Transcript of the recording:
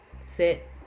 sit